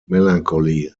melancholy